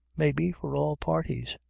maybe, for all parties.